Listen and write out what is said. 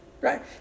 right